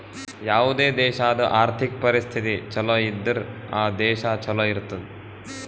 ಯಾವುದೇ ದೇಶಾದು ಆರ್ಥಿಕ್ ಪರಿಸ್ಥಿತಿ ಛಲೋ ಇದ್ದುರ್ ಆ ದೇಶಾ ಛಲೋ ಇರ್ತುದ್